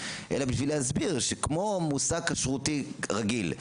אלא בשביל להסביר שכמו מושג כשרותי רגיל,